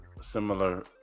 similar